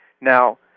Now